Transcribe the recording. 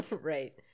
Right